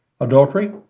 Adultery